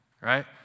Right